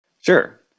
Sure